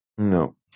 No